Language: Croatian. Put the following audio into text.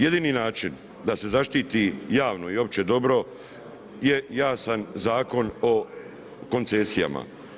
Jedini način da se zaštiti javno i opće dobro, je jasan Zakon o koncesijama.